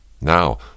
Now